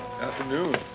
Afternoon